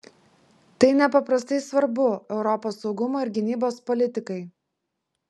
tai nepaprastai svarbu europos saugumo ir gynybos politikai